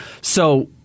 So-